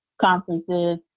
conferences